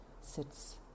sits